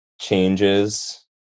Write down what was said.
changes